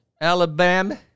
Alabama